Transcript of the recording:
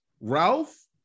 Ralph